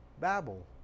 Babel